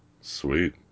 Sweet